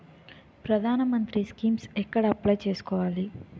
ప్రధాన మంత్రి స్కీమ్స్ ఎక్కడ అప్లయ్ చేసుకోవాలి?